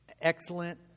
excellent